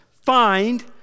find